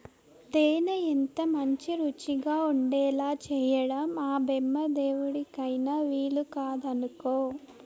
తేనె ఎంతమంచి రుచిగా ఉండేలా చేయడం ఆ బెమ్మదేవుడికైన వీలుకాదనుకో